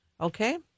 Okay